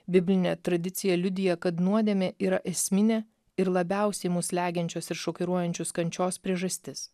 biblinė tradicija liudija kad nuodėmė yra esminė ir labiausiai mus slegiančios ir šokiruojančius kančios priežastis